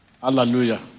Hallelujah